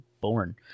born